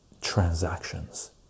transactions